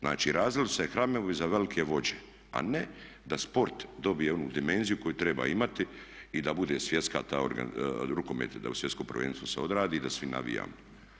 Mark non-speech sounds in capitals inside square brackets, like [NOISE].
Znači … [UNINTELLIGIBLE] hramovi za velike vođe a ne da sport dobije onu dimenziju koju treba imati i da bude svjetska ta, rukomet da u svjetskom prvenstvu se odradi i da svi navijamo.